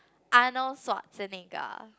Arnold Schwarzenegger